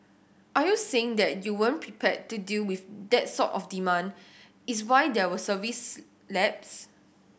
are you saying that you weren't prepared to deal with that sort of demand is why there were service lapse